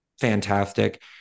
fantastic